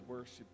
worship